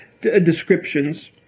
descriptions